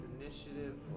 Initiative